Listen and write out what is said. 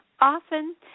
often